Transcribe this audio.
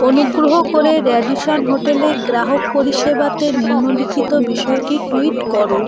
অনুগ্রহ করে র্যাডিসন হোটেলে গ্রাহক পরিষেবাতে নিম্নলিখিত বিষয়টি টুইট করো